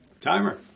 Timer